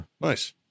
Nice